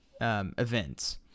events